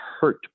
hurt